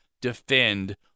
defend